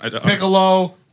Piccolo